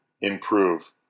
improve